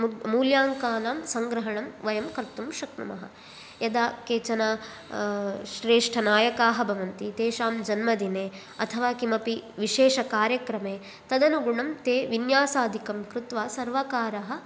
मू मूल्याङ्कानां सङ्ग्रहणं वयं कर्तुं शक्नुम यदा केचन श्रेष्ठ नायका भवन्ति तेषां जन्मदिने अथवा किमपि विशेष कार्यक्रमे तद्नुगुणं ते विन्यासाधिकं कृत्वा सर्वकारः